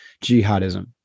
jihadism